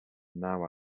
now